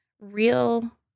real